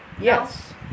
Yes